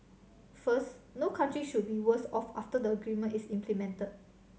first no country should be worse off after the agreement is implemented